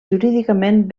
jurídicament